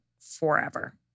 forever